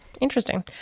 Interesting